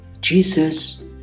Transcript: jesus